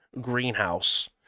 greenhouse